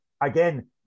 Again